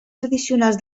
tradicionals